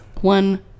one